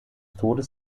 todes